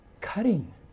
cutting